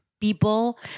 people